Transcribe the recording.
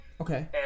okay